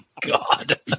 God